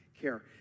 care